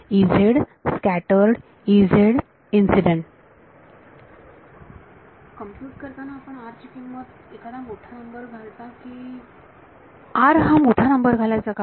विद्यार्थी कम्प्युट करताना आपण r ची किंमत एखादा मोठा नंबर घालता की r हा मोठा नंबर घालायचा का